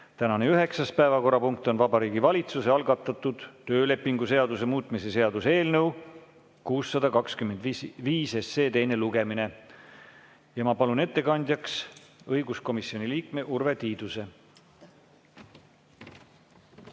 Tänane üheksas päevakorrapunkt on Vabariigi Valitsuse algatatud töölepingu seaduse muutmise seaduse eelnõu 625 teine lugemine. Ma palun ettekandjaks õiguskomisjoni liikme Urve Tiiduse.